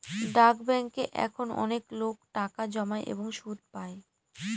ডাক ব্যাঙ্কে এখন অনেকলোক টাকা জমায় এবং সুদ পাই